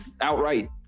outright